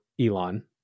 Elon